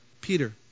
Peter